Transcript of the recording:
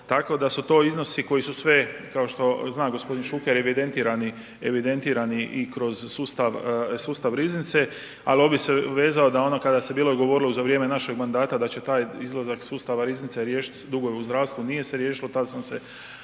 Tako da su to iznosi koji su sve, kao što zna gospodin Šuker evidentirani, evidentirani i kroz sustav riznice. A .../Govornik se ne razumije./... se vezao da ono kada se bilo govorilo za vrijeme našeg mandata da će taj izlazak iz sustava riznice riješiti dugove u zdravstvu, nije se riješilo, tada sam se